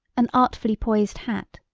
an artfully poised hat,